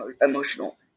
emotional